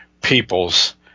peoples